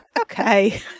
okay